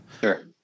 Sure